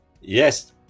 Yes